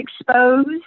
exposed